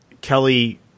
Kelly